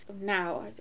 Now